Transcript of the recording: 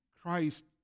Christ